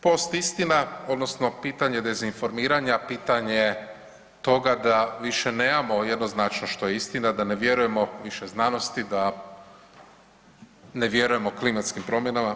Postistina odnosno pitanje dezinformiranja, pitanje toga da više nemamo jednoznačno što je istina, da ne vjerujemo više znanosti, da ne vjerujemo klimatskim promjenama.